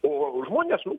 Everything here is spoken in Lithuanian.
o žmonės nu